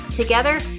Together